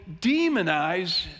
demonize